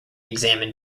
examined